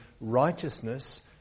Righteousness